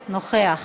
נוכח.